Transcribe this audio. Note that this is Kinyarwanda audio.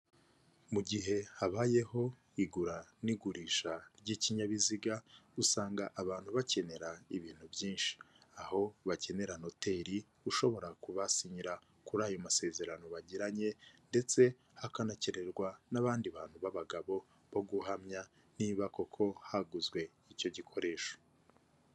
Mu gihe habayeho igura n'igurisha ry'ikinyabiziga, usanga abantu bakenera ibintu byinshi, aho bakenera Noteri ushobora kubasinyira kuri ayo masezerano bagiranye ndetse hakanakererwa n'abandi bantu b'abagabo bo guhamya n'iba koko haguzwe icyo gikoresho